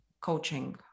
coaching